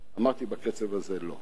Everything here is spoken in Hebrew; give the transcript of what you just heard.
אמרתי: בקצב הזה לא.